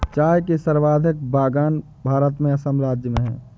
चाय के सर्वाधिक बगान भारत में असम राज्य में है